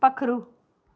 पक्खरू